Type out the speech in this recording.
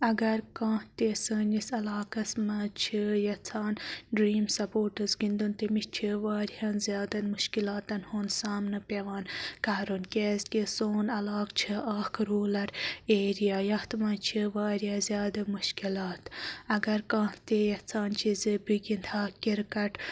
اَگَر کانٛہہ تہِ سٲنِس عَلاقَس مَنٛز چھ یِژھان ڈرٛیٖم سَپوٹس گِنٛدُن تٔمِس چھ واریاہَن زیادَن مُشکِلاتَن ہُنٛد سامنہٕ پیٚوان کَرُن کیٛازکہِ سون عَلاقہٕ چھُ اکھ رولَر ایریا یتھ مَنٛز چھِ واریاہ زیادٕ مُشکِلات اَگَر کانٛہہ تہِ یَژھان چھُ زِ بہٕ گِنٛدٕہا کِرکٹ